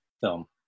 film